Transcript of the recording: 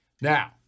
Now